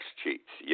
cheats